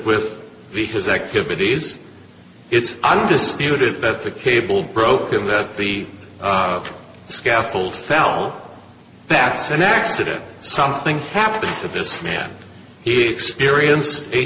with his activities it's undisputed that the cable broke in that the scaffold fell that's an accident something happened to this man he experienced a